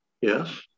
Yes